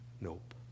Nope